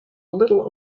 little